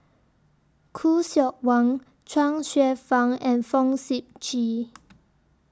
Khoo Seok Wan Chuang Hsueh Fang and Fong Sip Chee